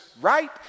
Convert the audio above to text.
right